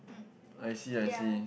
um yeah